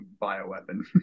bioweapon